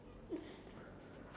ah ya lah